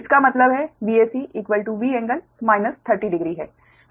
इसका मतलब है VacV ∟ 300 डिग्री है